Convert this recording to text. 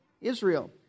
Israel